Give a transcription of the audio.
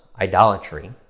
idolatry